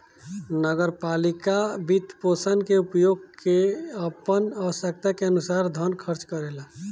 नगर पालिका वित्तपोषण के उपयोग क के आपन आवश्यकता के अनुसार धन खर्च करेला